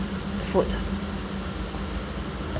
food